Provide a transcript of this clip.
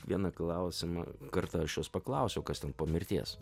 vieną klausimą karta aš jos paklausiau kas ten po mirties